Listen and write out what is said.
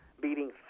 beating